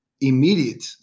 immediate